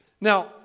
Now